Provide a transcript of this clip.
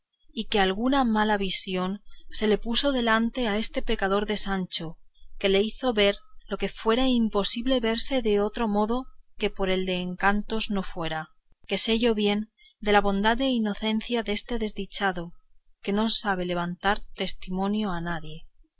y que alguna mala visión se le puso delante a este pecador de sancho que le hizo ver lo que fuera imposible verse de otro modo que por el de encantos no fuera que sé yo bien de la bondad e inocencia deste desdichado que no sabe levantar testimonios a nadie